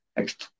Next